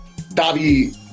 Davi